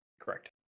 Correct